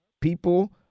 people